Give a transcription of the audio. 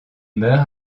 meurt